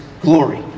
glory